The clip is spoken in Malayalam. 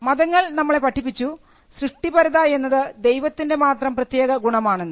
മതങ്ങൾ നമ്മളെ പഠിപ്പിച്ചു സൃഷ്ടിപരത എന്നത് ദൈവത്തിൻറെ മാത്രം പ്രത്യേകത ഗുണമാണെന്ന്